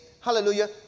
hallelujah